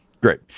great